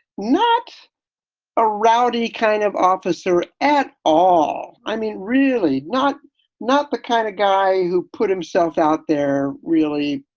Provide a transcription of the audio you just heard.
not a rowdy kind of officer at all. i mean, really not not the kind of guy who put himself out there, really.